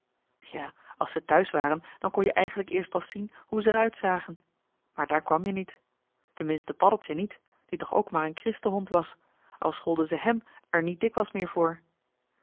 ja als ze thuis waren dan kon je eigenlijk eerst pas zien hoe ze er uit zagen maar daar kwam je niet tenminste paddeltje niet die toch ook maar een christenhond was al scholden ze hèm er niet dikwijls meer voor